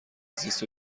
زیست